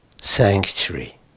sanctuary